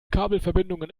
kabelverbindungen